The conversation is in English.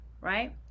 right